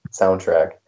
soundtrack